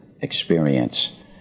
experience